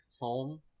home